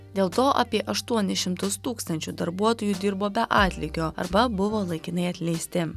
dėl to apie aštuoni šimtus tūkstančių darbuotojų dirbo be atlygio arba buvo laikinai atleisti